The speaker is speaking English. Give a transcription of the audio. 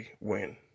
win